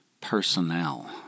personnel